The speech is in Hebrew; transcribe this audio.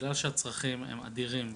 בגלל שהצרכים הם אדירים,